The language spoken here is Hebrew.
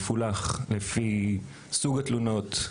מפולח לפי סוג התלונות,